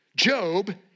Job